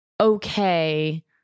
okay